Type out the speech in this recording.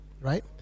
right